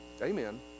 Amen